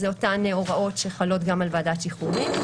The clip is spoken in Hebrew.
אלה אותן הוראות שחלות גם על ועדת השחרורים,